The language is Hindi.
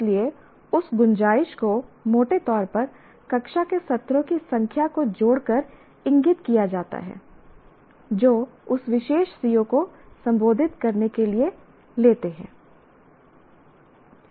इसलिए उस गुंजाइश को मोटे तौर पर कक्षा के सत्रों की संख्या को जोड़कर इंगित किया जाता है जो उस विशेष CO को संबोधित करने के लिए लेते है